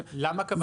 למה קבעתם נוהל?